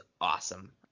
awesome